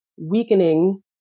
weakening